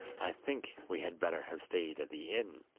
i think we had better have stayed at the inn